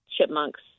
chipmunks